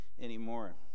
anymore